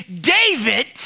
David